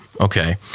Okay